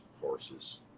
horses